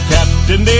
Captain